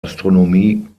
astronomie